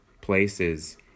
places